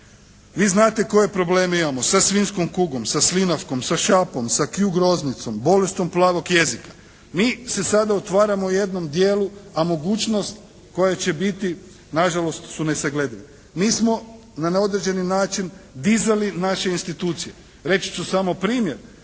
Vi znate koje probleme imamo sa svinjskom kugom, sa slinavkom, sa šapom, sa Q groznicom, bolešću plavog jezika. Mi se sada otvaramo u jednom dijelu, a mogućnost koje će biti nažalost su nesagledive. Mi smo na neodređeni način dizali naše institucije. Reći ću samo primjer